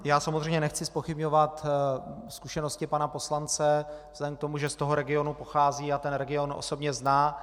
Já samozřejmě nechci zpochybňovat zkušenosti pana poslance vzhledem k tomu, že z toho regionu pochází a ten region osobně zná.